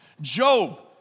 Job